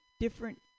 different